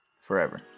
Forever